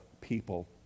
people